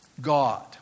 God